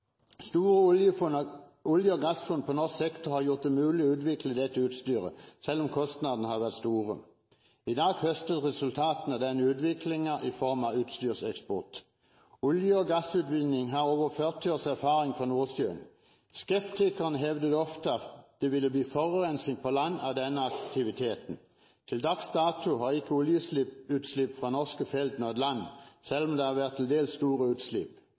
Store olje- og gassfunn på norsk sektor har gjort det mulig å utvikle dette utstyret, selv om kostnadene har vært store. I dag høstes resultatene av denne utviklingen i form av utstyrseksport. Man har over 40 års erfaring med olje- og gassutvinning fra Nordsjøen. Skeptikerne hevdet ofte at det ville bli forurensning på land av denne aktiviteten. Til dags dato har ikke oljeutslipp fra norske felt nådd land, selv om det har vært til dels store utslipp.